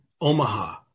Omaha